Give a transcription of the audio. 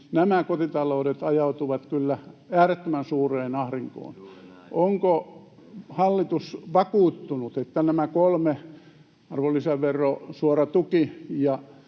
nämä kotitaloudet ajautuvat kyllä äärettömän suureen ahdinkoon. Onko hallitus vakuuttunut, että nämä kolme, arvonlisävero, suora tuki ja